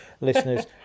listeners